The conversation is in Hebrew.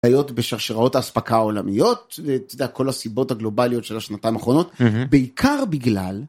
בעיות בשרשרות האספקה העולמיות את כל הסיבות הגלובליות של השנתיים האחרונות בעיקר בגלל.